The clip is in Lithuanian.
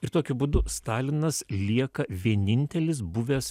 ir tokiu būdu stalinas lieka vienintelis buvęs